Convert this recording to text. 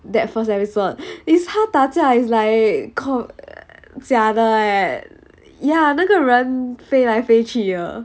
that first episode is 他打架 is like called 假的 eh ya 那个人飞来飞去的